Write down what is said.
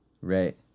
Right